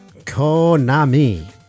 Konami